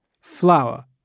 flower